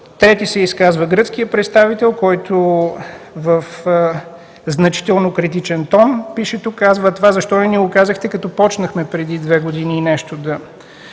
Трети се изказва гръцкият представител, който в значително критичен тон, пише тук, казва: „Това защо не ни го казахте, като почнахме преди две години нещо да